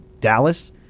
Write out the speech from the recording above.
Dallas